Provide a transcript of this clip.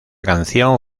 canción